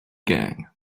gang